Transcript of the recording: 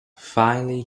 finely